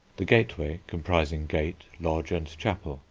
the gateway, comprising gate, lodge, and chapel,